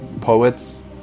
poets